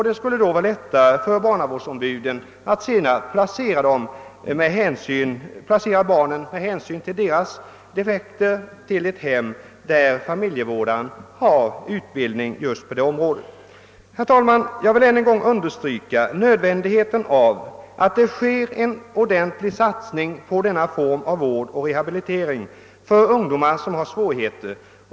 Det skulle på det sättet vara lättare än det nu är för barnavårdsombuden att placera barnen — med hänsyn till deras defekter — i hem där familjevårdarna har utbildning just på det för respektive barn aktuella området. Herr talman! Jag vill än en gång understryka nödvändigheten av att det görs en ordentlig satsning på denna form av vård och rehabilitering för ungdomar som har svårigheter.